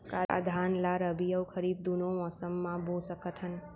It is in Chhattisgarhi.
का धान ला रबि अऊ खरीफ दूनो मौसम मा बो सकत हन?